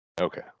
Okay